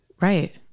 right